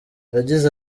yagize